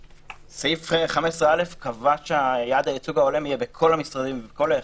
סעיף 15א קבע שיעד הייצוג ההולם יהיה בכל המשרדים ובכל היחידות,